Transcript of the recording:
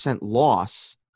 loss